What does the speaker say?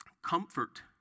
Comfort